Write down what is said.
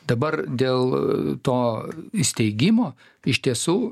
dabar dėl to įsteigimo iš tiesų